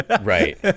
Right